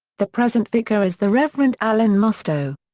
the present vicar is the reverend alan mustoe.